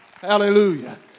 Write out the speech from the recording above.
Hallelujah